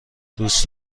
دوست